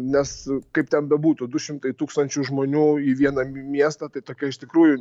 nes kaip ten bebūtų du šimtai tūkstančių žmonių į vieną miestą tai tokia iš tikrųjų